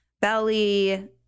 belly